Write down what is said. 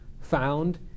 found